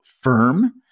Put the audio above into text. firm